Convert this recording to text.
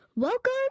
Welcome